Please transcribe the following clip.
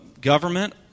government